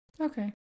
Okay